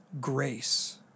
grace